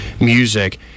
music